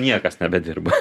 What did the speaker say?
niekas nebedirba